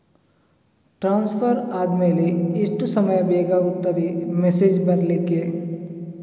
Transfer ಆದ್ಮೇಲೆ ಎಷ್ಟು ಸಮಯ ಬೇಕಾಗುತ್ತದೆ ಮೆಸೇಜ್ ಬರ್ಲಿಕ್ಕೆ?